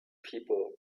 people